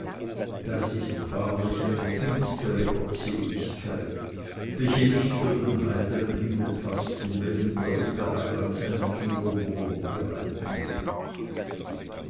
das ist wahrlich eine finstere gottseligkeit welche nicht für den heitern himmel paßt in welchem der liebe heiland seinen kindern wohnung bereiten will